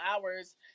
hours